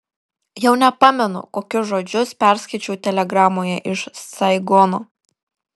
jau nepamenu kokius žodžius perskaičiau telegramoje iš saigono